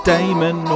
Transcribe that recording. Damon